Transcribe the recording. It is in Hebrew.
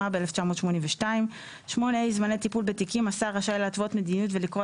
התשמ"ב 1982. 8ה. השר רשאי להתוות מדיניות ולקבוע